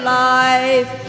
life